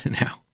Now